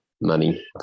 money